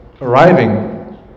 arriving